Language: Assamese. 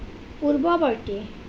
পূৰ্ববৰ্তী